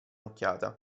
occhiata